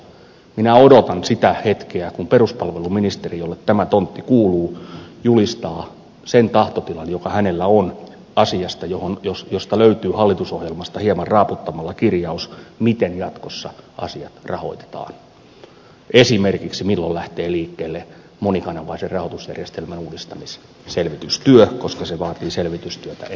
minä odotan sitä hetkeä kun peruspalveluministeri jolle tämä tontti kuuluu julistaa sen tahtotilan joka hänellä on asiasta josta löytyy hallitusohjelmasta hieman raaputtamalla kirjaus miten jatkossa asiat rahoitetaan esimerkiksi milloin lähtee liikkeelle monikanavaisen rahoitusjärjestelmän uudistamisen selvitystyö koska se vaatii selvitystyötä ennen päätöksentekoa